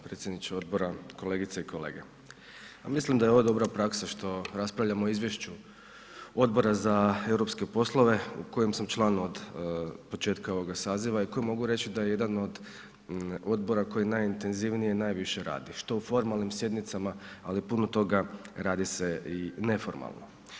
Predsjedniče odbora, kolegice i kolege, ja mislim da je ova dobra praksa što raspravljamo o izvješću Odbora za europske poslove u kojem sam član od početka ovoga saziva i koji mogu reći da je jedan od odbora koji najintenzivnije i najviše radi, što u formalnim sjednicama, ali puno toga radi se i neformalno.